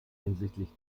hinsichtlich